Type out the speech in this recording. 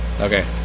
Okay